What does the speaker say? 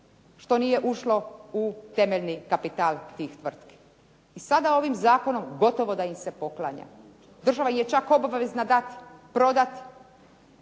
što nije ušlo u temeljni kapital tih tvrtki i sada ovim zakonom gotovo da im se poklanja. Država im je čak obavezna dati, prodati,